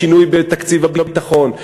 לשינוי בתקציב הביטחון,